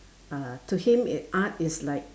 uh to him it art is like